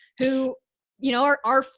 who you know are, are,